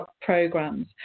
programs